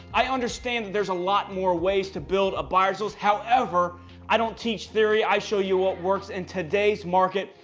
i understand there's a lot more ways to build but a list however i don't teach theory. i show you what works in today's market.